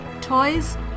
toys